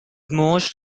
most